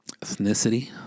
ethnicity